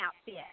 outfit